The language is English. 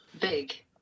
big